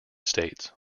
states